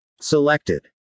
Selected